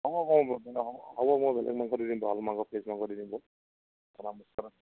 অঁ অঁ অঁ হ'ব মই বেলেগ মাংস দি দিমি মাংস দি দিম